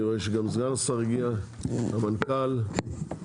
אני רואה שגם סגן השר וגם המנכ"ל הגיעו.